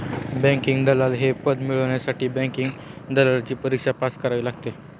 banking दलाल हे पद मिळवण्यासाठी बँकिंग दलालची परीक्षा पास करावी लागते